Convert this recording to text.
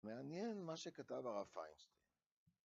מעניין מה שכתב הרב פיינשטיין.